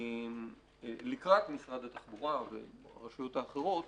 לקראת משרד התחבורה והרשויות האחרות.